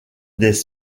des